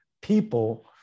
people